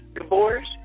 divorce